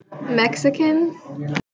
Mexican